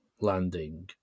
landing